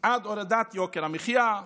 עד הורדת יוקר מחיה,